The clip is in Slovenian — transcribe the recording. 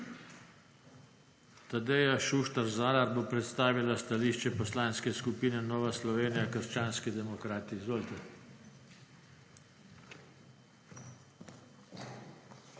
Tadeja Šuštar Zalar bo predstavila stališče Poslanske skupine Nova Slovenija – Krščanski demokrati. TADEJA